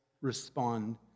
respond